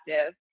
active